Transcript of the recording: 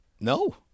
No